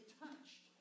touched